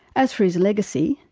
as for his legacy,